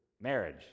Marriage